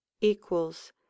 equals